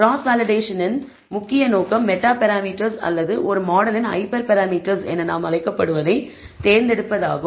cross வேலிடேஷனின் முக்கிய நோக்கம் மெட்டா பராமீட்டர்ஸ் அல்லது ஒரு மாடலின் ஹைப்பர் பராமீட்டர்ஸ் என நாம் அழைப்பதைத் தேர்ந்தெடுப்பதாகும்